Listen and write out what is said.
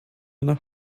nach